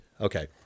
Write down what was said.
Okay